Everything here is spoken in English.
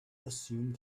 assumed